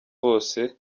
bose